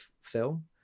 film